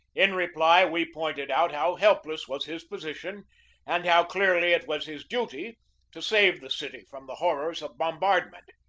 in reply we pointed out how helpless was his position and how clearly it was his duty to save the city from the horrors of bombardment.